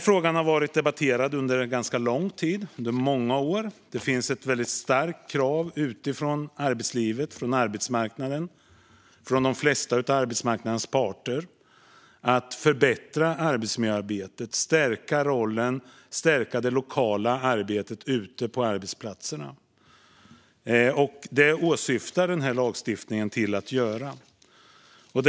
Frågan har debatterats under ganska många år nu, och det finns ett starkt krav från arbetslivet, arbetsmarknaden och de flesta av arbetsmarknadens parter på att förbättra arbetsmiljöarbetet, att stärka rollen och att stärka det lokala arbetet ute på arbetsplatserna. Det är detta som den här lagstiftningen syftar till.